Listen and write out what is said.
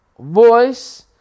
voice